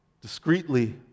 discreetly